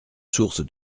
source